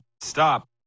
Stop